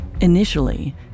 Initially